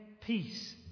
peace